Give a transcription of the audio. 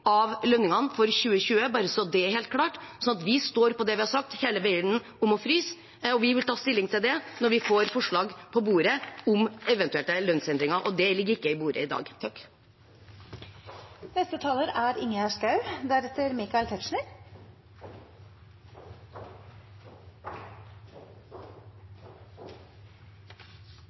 av lønningene for 2020, bare så det er helt klart, så vi står på det vi har sagt hele veien om å fryse. Vi vil ta stilling til det når vi får eventuelle forslag på bordet om lønnsendringer, og de ligger ikke på bordet i dag.